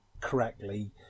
correctly